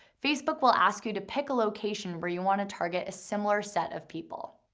facebook will ask you to pick a location where you wanna target a similar set of people.